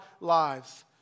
lives